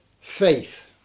faith